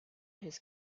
his